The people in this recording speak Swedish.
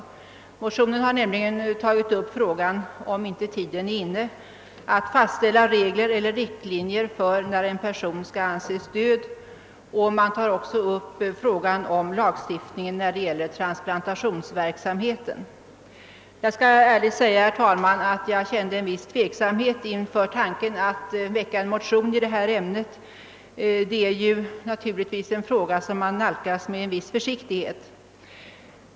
I motionen har nämligen tagits upp frågan, om inte tiden är inne att fastställa regler eller riktlinjer för när en person skall anses som död, liksom även frågan om lagstiftningen när det gäller transplantationsverksamheten. Jag skall ärligt säga, herr talman, att jag kände en viss tveksamhet inför tanken att väcka en motion i denna fråga, som man naturligtvis nalkas med viss försiktighet.